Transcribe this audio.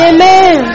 Amen